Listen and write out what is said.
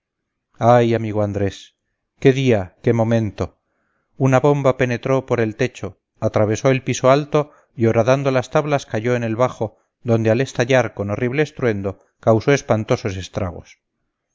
ay amigo andrés qué día qué momento una bomba penetró por el techo atravesó el piso alto y horadando las tablas cayó en el bajo donde al estallar con horrible estruendo causó espantosos estragos